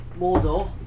Mordor